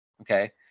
okay